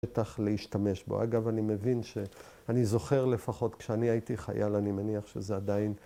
‫בטח להשתמש בו. אגב, אני מבין ‫שאני זוכר לפחות, ‫כשאני הייתי חייל, ‫אני מניח שזה עדיין...